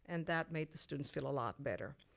and that made the students feel a lot better.